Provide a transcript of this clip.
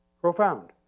Profound